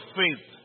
faith